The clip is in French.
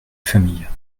famille